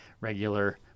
regular